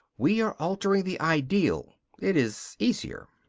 we are altering the ideal it is easier.